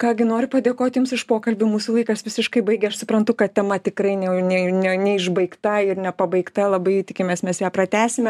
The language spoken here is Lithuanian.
ką gi noriu padėkoti jums už pokalbių mūsų laikas visiškai baigia aš suprantu kad tema tikrai ne ne ne ne išbaigta ir nepabaigta labai tikimės mes ją pratęsime